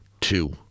two